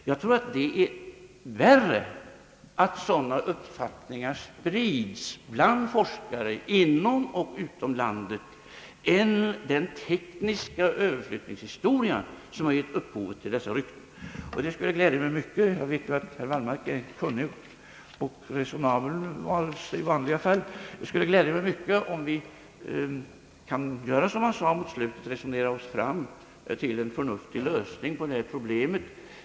Jag tror det är värre att sådana uppfattningar sprids bland forskare inom och utom landet än att den tekniska överflyttning skett som givit upphov till dessa rykten. Och det skulle glädja mig mycket — jag vet ju att herr Wallmark i vanliga fall är en kunnig ' och resonabel person — om vi kan göra som herr Wallmark avslutningsvis sade: resonera oss fram till en förnuftig lösning på detta problem.